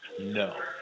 no